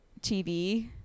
TV